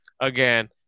again